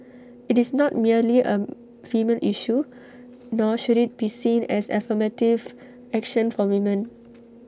IT is not merely A female issue nor should IT be seen as affirmative action for women